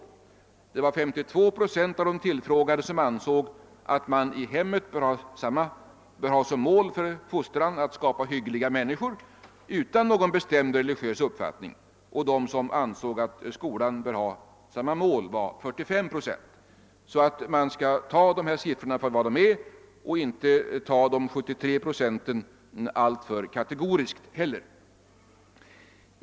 Vidare var det 52 procent av de tillfrågade som ansåg att man i hemmet bör ha som mål för fostran att skapa hyggliga människor utan bestämd religiös uppfattning, och de som ansåg att skolan bör ha samma mål var 45 procent. Man skall alltså ta dessa siffror för vad de är och inte uppfatta de 73 procenten alltför kategoriskt.